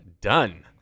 done